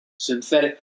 synthetic